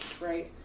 right